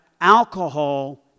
alcohol